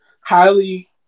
highly